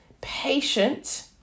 patient